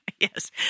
Yes